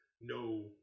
no